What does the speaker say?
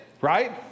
right